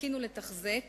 להתקין ולתחזק